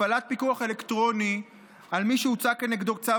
הפעלת פיקוח אלקטרוני על מי שהוצא כנגדו צו